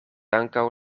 ankaŭ